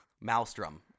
Maelstrom